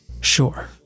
Sure